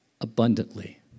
abundantly